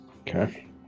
Okay